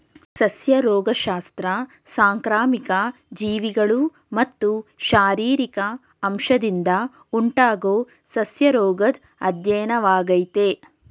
ಸಸ್ಯ ರೋಗಶಾಸ್ತ್ರ ಸಾಂಕ್ರಾಮಿಕ ಜೀವಿಗಳು ಮತ್ತು ಶಾರೀರಿಕ ಅಂಶದಿಂದ ಉಂಟಾಗೊ ಸಸ್ಯರೋಗದ್ ಅಧ್ಯಯನವಾಗಯ್ತೆ